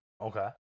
Okay